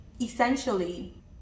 essentially